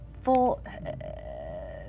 full